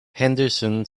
henderson